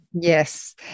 Yes